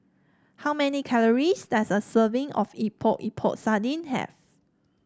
how many calories does a serving of Epok Epok Sardin have